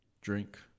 drink